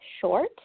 short